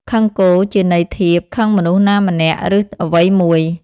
ខឹងគោ ជាន័យធៀប ខឹងមនុស្សណាម្នាក់ឬអ្វីមួយ ។